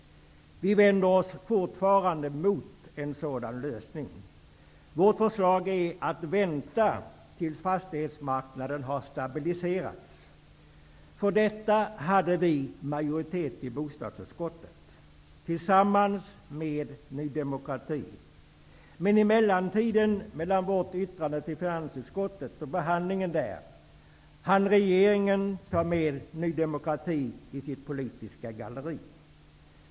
Vi vänder oss fortfarande mot en sådan lösning. Vårt förslag är att vänta tills fastighetsmarknaden har stabiliserats. För detta hade vi majoritet i bostadsutskottet tillsammans med Ny demokrati. Men i mellantiden, mellan vårt yttrande till finansutskottet och behandlingen där, hann regeringen ta med Ny demokrati i sitt politiska galleri.